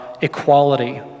equality